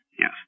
yes